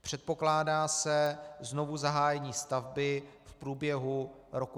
Předpokládá se znovuzahájení stavby v průběhu roku 2017.